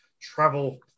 travel